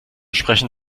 sprechen